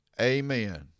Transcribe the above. Amen